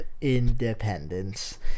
Independence